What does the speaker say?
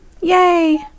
Yay